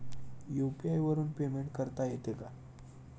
UPI वरून payment करता येते का?